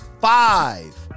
five